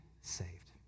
saved